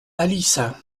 alissas